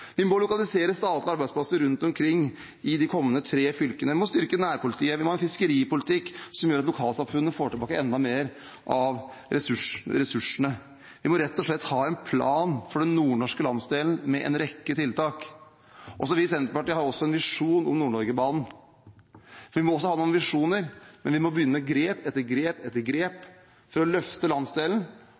Vi må lokalisere statlige arbeidsplasser rundt omkring i de kommende tre fylkene. Vi må styrke nærpolitiet, og vi må ha en fiskeripolitikk som gjør at lokalsamfunnet får tilbake enda mer av ressursene. Vi må rett og slett ha en plan med en rekke tiltak for den nordnorske landsdelen. Vi i Senterpartiet har også en visjon om Nord-Norge-banen. Vi må ha noen visjoner, men vi må begynne med grep etter grep for å løfte landsdelen,